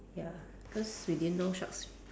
ya cause we didn't know sharks